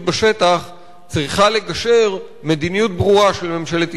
בשטח צריכה לגשר מדיניות ברורה של ממשלת ישראל,